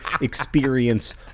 experience